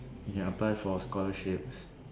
ya apply for scholarships